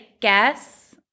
guess